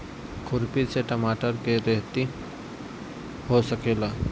खुरपी से टमाटर के रहेती हो सकेला?